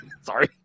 sorry